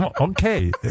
Okay